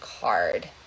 card